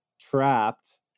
trapped